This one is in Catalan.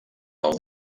pel